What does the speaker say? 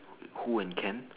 who and can